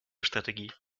strategie